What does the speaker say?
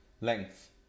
Length